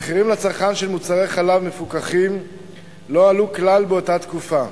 המחירים לצרכן של מוצרי חלב מפוקחים לא עלו כלל באותה תקופה,